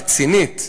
רצינית.